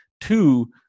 Two